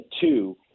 two